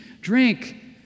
drink